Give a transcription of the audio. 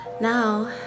now